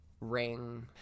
ring